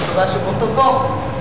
שאני מקווה שבוא תבוא,